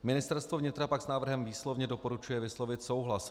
Ministerstvo vnitra pak s návrhem výslovně doporučuje vyslovit souhlas.